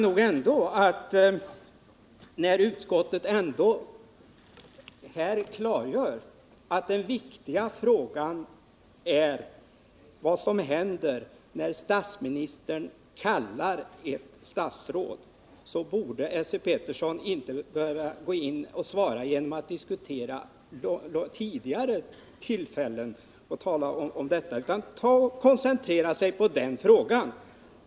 När utskottet ändå här klargör att den viktiga frågan är vad som händer när statsministern kallar ett statsråd så borde Esse Petersson inte behöva svara genom att diskutera tidigare tillfällen, utan jag tycker att han borde koncentrera sig på den frågan.